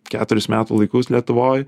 keturis metų laikus lietuvoj